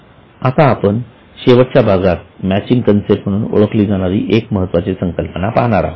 आता शेवटच्या भागात आपण मॅचिंग कन्सेप्ट म्हणून ओळखली जाणारी एक महत्त्वाची संकल्पना पाहणार आहोत